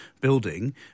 building